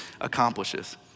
accomplishes